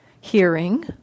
hearing